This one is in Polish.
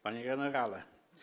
Panie Generale!